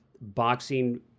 boxing